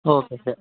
okay sir